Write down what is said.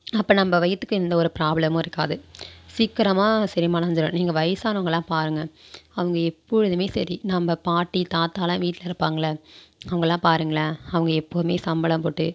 அப்போ நம்ப வயிற்றுக்கு எந்தவொரு ப்ராப்ளமும் இருக்காது சீக்கிரமா செரிமானம் அடைஞ்சிரும் நீங்கள் வயசானவங்கள்லாம் பாருங்கள் அவங்க எப்பொழுதுமே சரி நம்ப பாட்டி தாத்தாவெலாம் வீட்டில் இருப்பாங்கள்லை அவங்கள்லாம் பாருங்களேன் அவங்க எப்போதுமே சம்பணம் போட்டு